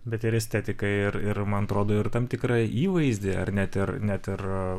bet ir estetikai ir ir man atrodo ir tam tikrą įvaizdį ar net ir net ir